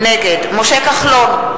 נגד משה כחלון,